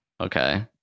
Okay